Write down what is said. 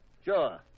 Sure